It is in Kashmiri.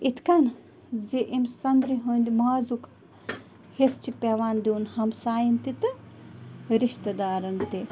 یِتھ کَن زِ اَمہِ سۄنٛدرِ ہٕنٛدۍ مازُک حصہٕ چھِ پٮ۪وان دیُن ہمسایَن تہِ تہٕ رِشتہٕ دارَن تہِ